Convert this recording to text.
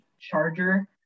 charger